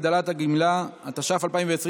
הגדרת הפליה על רקע נטייה מינית או זהות מגדר),